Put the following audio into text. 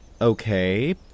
Okay